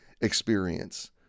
experience